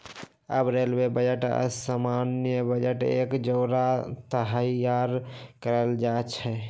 अब railway budget आऽ सामान्य बजट एक जौरे तइयार कएल जाइ छइ